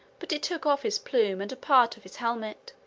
but it took off his plume and a part of his helmet.